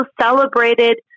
celebrated